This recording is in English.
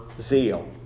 zeal